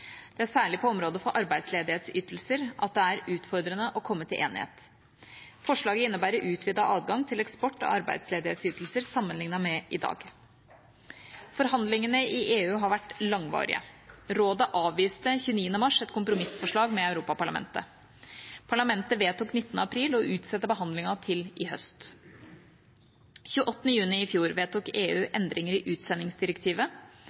Det er særlig på området for arbeidsledighetsytelser at det er utfordrende å komme til enighet. Forslaget innebærer utvidet adgang til eksport av arbeidsledighetsytelser sammenlignet med i dag. Forhandlingene i EU har vært langvarige. Rådet avviste 29. mars et kompromissforslag med Europaparlamentet. Parlamentet vedtok 19. april å utsette behandlingen til i høst. Den 28. juni i fjor vedtok EU